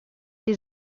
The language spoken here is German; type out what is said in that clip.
die